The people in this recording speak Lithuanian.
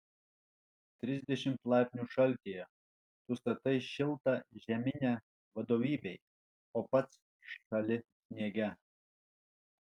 trisdešimt laipsnių šaltyje tu statai šiltą žeminę vadovybei o pats šąli sniege